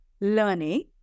learning